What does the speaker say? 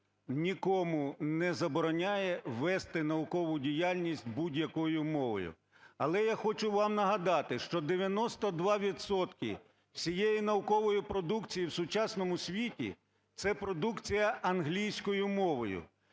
нікому не забороняє вести наукову діяльність будь-якою мовою. Але я хочу вам нагадати, що 92 відсотки всієї наукової продукції у сучасному світі це продукція англійською мовою.